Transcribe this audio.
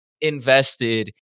invested